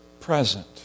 present